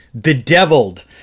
bedeviled